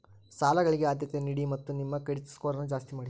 ಸಾಲಗಳಿಗೆ ಆದ್ಯತೆ ನೀಡಿ ಮತ್ತು ನಿಮ್ಮ ಕ್ರೆಡಿಟ್ ಸ್ಕೋರನ್ನು ಜಾಸ್ತಿ ಮಾಡಿ